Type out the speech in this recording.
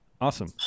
Awesome